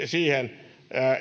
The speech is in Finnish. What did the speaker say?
siihen